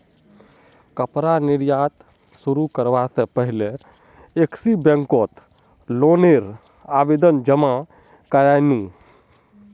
कपड़ा निर्यात शुरू करवा से पहले एक्सिस बैंक कोत लोन नेर आवेदन जमा कोरयांईल नू